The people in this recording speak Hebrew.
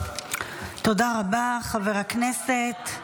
תודה רבה, חבר הכנסת.